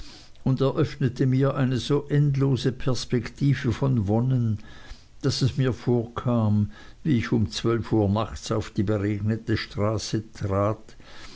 und eröffnete mir eine so endlose perspektive von wonnen daß es mir vorkam wie ich um zwölf uhr nachts auf die beregnete straße trat